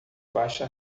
baixa